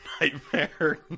nightmare